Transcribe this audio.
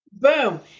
Boom